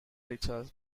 research